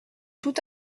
tout